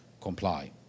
comply